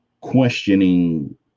questioning